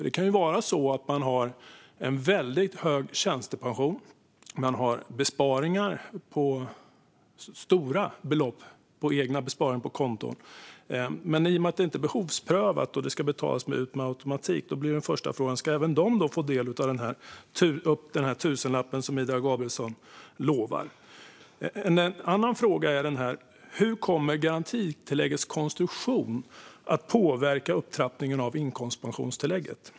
Det kan ju vara så att man har en väldigt hög tjänstepension, besparingar på stora belopp och egna besparingar på konton. I och med att tillägget inte är behovsprövat och ska betalas ut med automatik blir alltså den första frågan: Ska även denna grupp få ta del av den tusenlapp som Ida Gabrielsson lovar? En annan fråga är: Hur kommer garantitilläggets konstruktion att påverka upptrappningen av inkomstpensionstillägget?